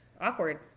Awkward